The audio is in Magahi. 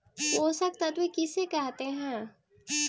पोषक तत्त्व किसे कहते हैं?